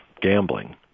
gambling